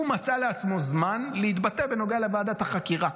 הוא מצא לעצמו זמן להתבטא בנוגע לוועדת החקירה,